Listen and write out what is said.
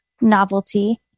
novelty